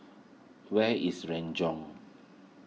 where is Renjong